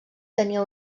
tenia